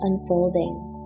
unfolding